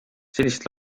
sellist